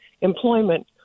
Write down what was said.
employment